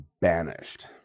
banished